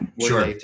Sure